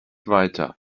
weiter